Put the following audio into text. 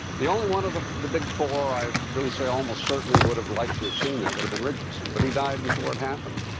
the only one of the the big four i'd really say almost certainly would have liked to have seen that would have been richardson but he died before it happened.